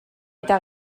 eta